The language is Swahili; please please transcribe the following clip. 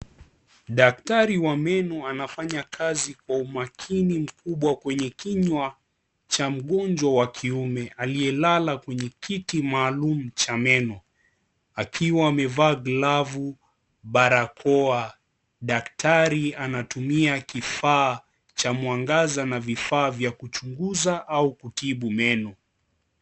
Daktari wa meno anafanya kazi kwa umakini mkubwa kwenye kinywa cha mgonjwa wa kiume aliyelala kwenye kiti maalum cha meno. Akiwa amevaa glavu, barakoa, daktari anatumia kifaa cha mwangaza na vifaa vya kuchunguza au kutibu meno.